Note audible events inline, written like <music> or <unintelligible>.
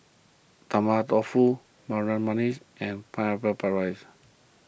<unintelligible> Tofu Harum Manis and Pineapple <unintelligible> Rice